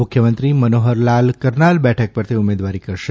મુખ્યમંત્રી મનોહરલાલ કરનાલ બેઠક પરથી ઉમેદવારી કરશે